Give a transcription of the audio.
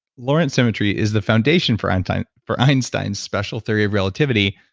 lorentz symmetry is the foundation for einstein's for einstein's special theory of relativity,